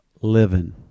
Living